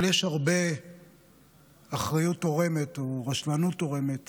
אבל יש הרבה אחריות תורמת או רשלנות תורמת